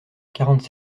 quarante